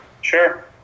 Sure